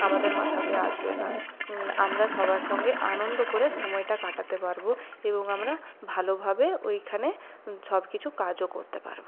আমাদের মাথাতে আসবে না আমরা সবার সঙ্গে আনন্দ করে সময়টা কাটাতে পারবো এবং আমরা ভালোভাবে ওইখানে সব কিছু কাজও করতে পারবো